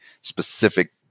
specific